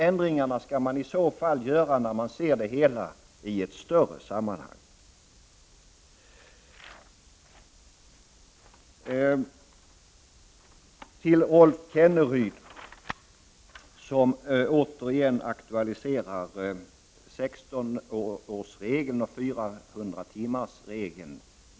Ändringarna skall göras när det hela kan ses i ett större sammanhang. Rolf Kenneryd aktualiserar återigen 16-årsregeln och 400-timmarsregeln.